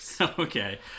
Okay